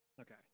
Okay